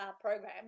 program